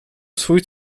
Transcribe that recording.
swój